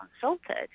consulted